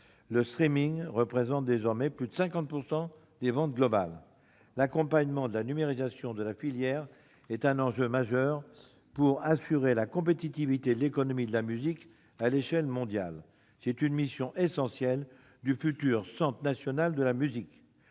Le représente désormais plus de 50 % des ventes globales ... L'accompagnement de la numérisation de la filière est un enjeu majeur pour assurer la compétitivité de l'économie de la musique à l'échelle mondiale. C'est une mission essentielle du futur Centre national de la musique.